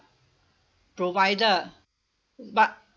provider but